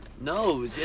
No